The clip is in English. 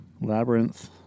Labyrinth